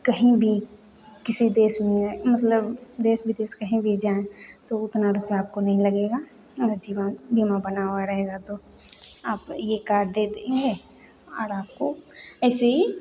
कहीं भी किसी देश में मतलब देश विदेश कहीं भी जाए तो उतना रुपये आपको नहीं लगेगा अगर जीवन बीमा बना हुआ रहेगा तो आप यह कार्ड दे देंगे और आपको ऐसे ही